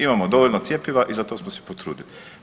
Imamo dovoljno cjepiva i za to smo se potrudili.